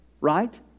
right